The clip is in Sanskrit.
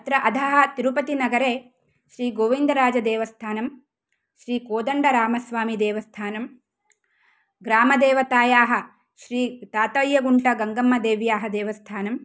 अत्र अधः तिरुपतिनगरे श्रीगोविन्दराजदेवस्थानं श्रीकोदण्डरामस्वामीदेवस्थानं ग्रामदेवतायाः श्रीतातय्यगुण्टगङ्गम्मादेव्याः देवस्थानं